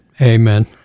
Amen